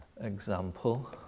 example